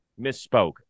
misspoke